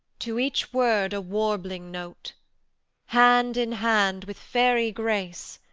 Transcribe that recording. to each word a warbling note hand in hand, with fairy grace,